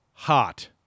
Hot